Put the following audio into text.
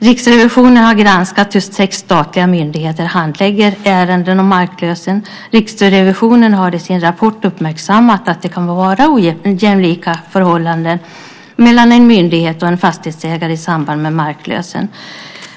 Riksrevisionen har granskat hur sex statliga myndigheter handlägger ärenden om marklösen. Riksrevisionen har i sin rapport uppmärksammat att det kan vara ojämlika förhållanden mellan en myndighet och en fastighetsägare i samband med marklösen.